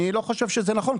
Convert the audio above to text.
אני לא חושב שזה נכון,